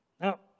Now